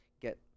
get